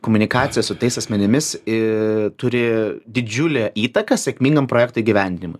komunikacija su tais asmenimis turi didžiulę įtaką sėkmingam projekto įgyvendinimui